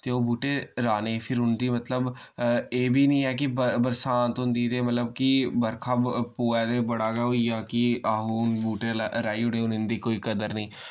ते ओह् बुह्टे राह्ने फिर उं'दी मतलब एह् बी नि ऐ कि ब बरसांत होंदी ते मतलब कि बर्खा पोऐ ते बड़ा गै होइया कि आहो बूह्टे राही ओड़े हुन इं'दी कोई कदर निं